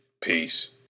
Peace